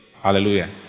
hallelujah